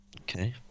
okay